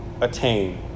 attain